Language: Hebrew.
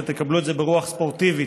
ותקבלו את זה ברוח ספורטיבית: